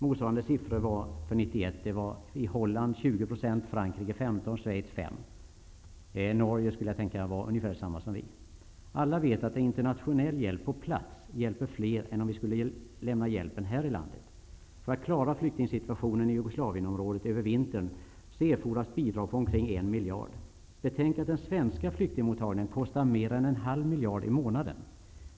Motsvarande siffror för 1991 var för Holland 20 %, för Frankrike 15 % och för Schweiz 5 %. Jag kan tänka mig att siffran för Norge är ungefär densamma som för Sverige. Alla vet att internationell hjälp på plats hjälper fler än om vi lämnar hjälpen här i landet. För att klara flyktingsituationen i Jugoslavienområdet över vintern erfordras bidrag på omkring 1 miljard kronor. Betänk att den svenska flyktingmottagningen kostar mer än en halv miljard kronor i månaden.